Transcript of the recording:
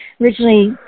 originally